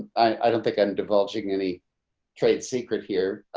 i don't think i'm divulging any trade secret here.